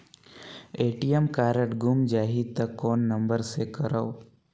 ATM card गुम जाही त कौन नम्बर मे करव?